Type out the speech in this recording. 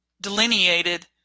delineated